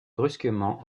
brusquement